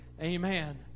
Amen